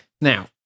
Now